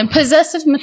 Possessive